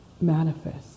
manifest